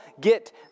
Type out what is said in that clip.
get